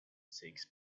six